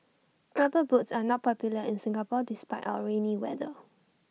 rubber boots are not popular in Singapore despite our rainy weather